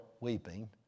weeping